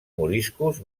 moriscos